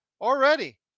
already